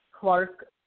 Clark